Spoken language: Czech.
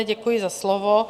Děkuji za slovo.